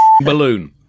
balloon